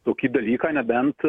tokį dalyką nebent